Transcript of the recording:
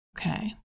Okay